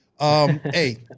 Hey